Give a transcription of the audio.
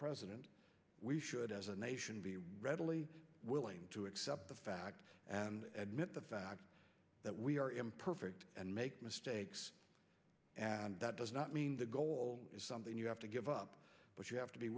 president we should as a nation be readily willing to accept the fact and admit the fact that we are imperfect and make mistakes and that does not mean the goal is something you have to give up but you have to be